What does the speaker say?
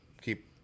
keep